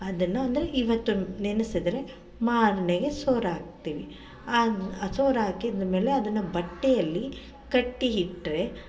ಅದನ್ನು ಅಂದರೆ ಈವತ್ತು ನೆನೆಸಿದರೆ ಮಾರನೆಗೆ ಸೋರಾಗ್ತೀವಿ ಸೋರಾಕಿದ ಮೇಲೆ ಅದನ್ನು ಬಟ್ಟೆಯಲ್ಲಿ ಕಟ್ಟಿ ಇಟ್ಟರೆ